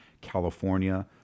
California